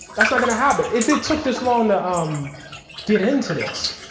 that's not gonna happen. if it took this long to um get into this,